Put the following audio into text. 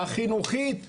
החינוכית.